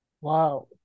Wow